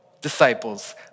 disciples